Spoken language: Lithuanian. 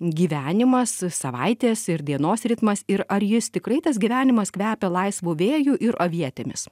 gyvenimas savaitės ir dienos ritmas ir ar jis tikrai tas gyvenimas kvepia laisvu vėju ir avietėmis